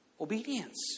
Obedience